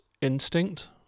instinct